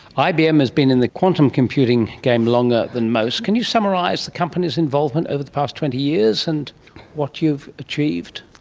ibm has been in the quantum computing game longer than most. can you summarise the company's involvement over the past twenty years and what you've achieved?